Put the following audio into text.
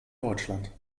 deutschland